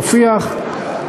רפיח,